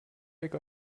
weg